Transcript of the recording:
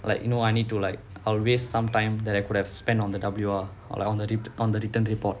like you know I need to like I'll waste some time that I could have spent on the W_R on the on the written report